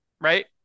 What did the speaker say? right